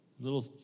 little